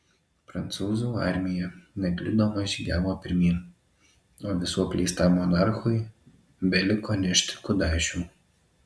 prancūzų armija nekliudoma žygiavo pirmyn o visų apleistam monarchui beliko nešti kudašių